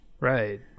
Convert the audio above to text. Right